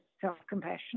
self-compassion